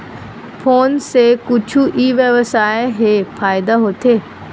Phone से कुछु ई व्यवसाय हे फ़ायदा होथे?